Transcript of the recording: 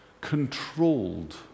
Controlled